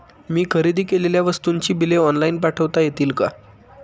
मी खरेदी केलेल्या वस्तूंची बिले ऑनलाइन पाठवता येतील का?